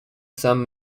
san